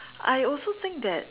I also think that